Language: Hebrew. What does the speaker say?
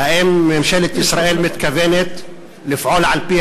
האם ממשלת ישראל מתכוונת לפעול על-פי